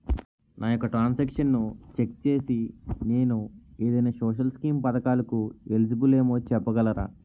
నా యెక్క ట్రాన్స్ ఆక్షన్లను చెక్ చేసి నేను ఏదైనా సోషల్ స్కీం పథకాలు కు ఎలిజిబుల్ ఏమో చెప్పగలరా?